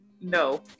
no